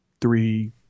three